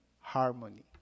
harmony